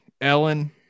Ellen